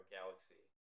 Galaxy